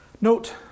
note